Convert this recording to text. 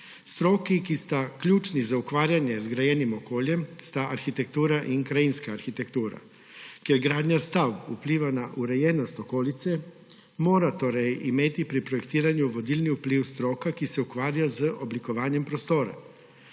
Stroki, ki sta ključni za ukvarjanje z grajenjem okolja, sta arhitektura in krajinska arhitektura. Ker gradnja stavb vpliva na urejenost okolice, mora torej imeti pri projektiranju vodilni vpliv stroka, ki se ukvarja z oblikovanjem prostora.